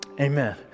Amen